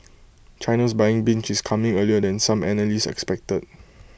China's buying binge is coming earlier than some analyst expected